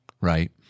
right